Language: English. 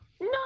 No